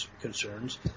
concerns